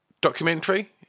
documentary